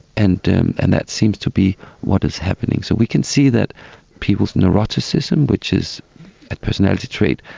and um and that seems to be what is happening. so we can see that people's neuroticism, which is a personality trait,